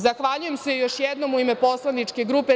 Zahvaljujem se još jednom u ime poslaničke grupe.